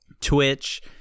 Twitch